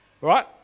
right